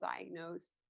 diagnosed